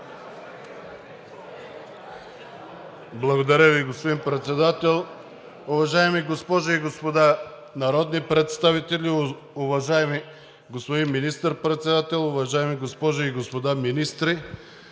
Благодаря Ви, господин Председател. Уважаеми госпожи и господа народни представители, уважаеми господин Министър-председател, уважаеми госпожи и господа министри!